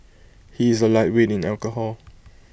he is A lightweight in alcohol